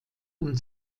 und